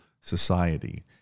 society